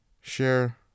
share